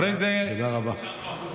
תודה רבה.